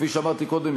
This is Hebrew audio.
כפי שאמרתי קודם,